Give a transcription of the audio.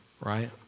right